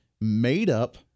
made-up